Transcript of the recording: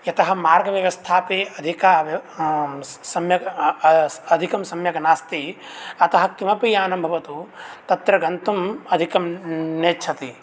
यतः मार्गव्यवस्था अपि अधिका सम्यक् अधिकं सम्यक् नास्ति अतः किमपि यानं भवतु तत्र गन्तुम् अधिकं नेच्छति